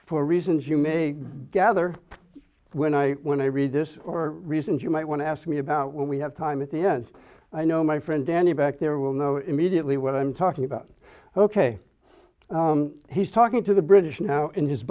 for reasons you may gather when i when i read this or reasons you might want to ask me about when we have time at the end i know my friend danny back there will know immediately what i'm talking about ok he's talking to the british now